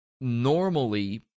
normally